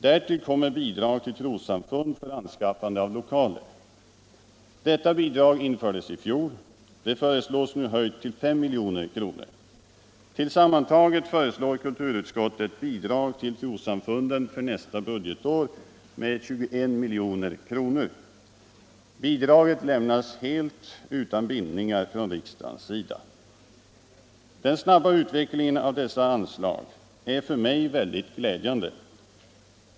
Därtill kommer bidrag till trossamfund för anskaffande av lokaler. Detta bidrag infördes i fjol. Det föreslås nu höjt till 5 milj.kr. Tillsammantaget föreslår kulturutskottet bidrag till trossamfunden för nästa budgetår med 21 milj.kr. Bidragen lämnas helt utan bindningar från riksdagens sida. Den snabba utvecklingen av dessa anslag är för mig väldigt glädjande.